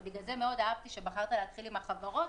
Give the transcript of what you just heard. ובגלל זה מאוד אהבתי שבחרת להתחיל עם החברות,